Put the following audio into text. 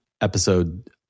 episode